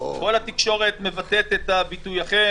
כל התקשורת מבטאת אתכם